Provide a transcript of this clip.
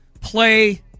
play –